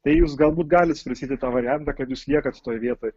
tai jūs galbūt galit svarstyti tą variantą kad jūs liekat toj vietoj